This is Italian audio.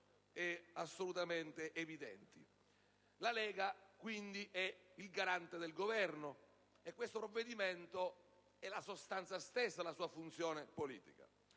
assolutamente evidenti. La Lega è garante del Governo e questo provvedimento è la sostanza stessa della sua funzione politica.